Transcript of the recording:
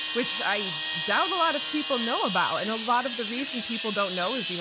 which i doubt a lot of people know about, and a lot of the recent people don't know is, you know